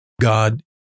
God